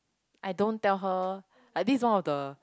I don't tell her like this is one of the